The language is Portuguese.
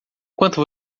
quanto